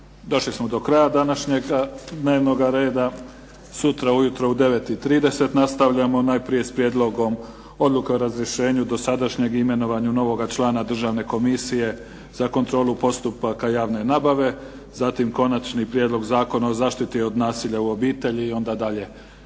Došli smo do kraja današnjeg dnevnoga reda. Sutra ujutro u 9,30 nastavljamo najprije s Prijedlogom odluke o razrješenju dosadašnjeg i imenovanju novoga člana Državne komisije za kontrolu postupaka javne nabave, zatim konačni prijedlog Zakona o zaštiti od nasilja u obitelji i onda dalje